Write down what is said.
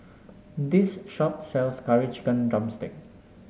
this shop sells Curry Chicken drumstick